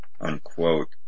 unquote